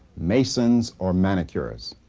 masons, or manicurists.